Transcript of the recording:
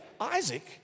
Isaac